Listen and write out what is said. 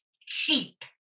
cheap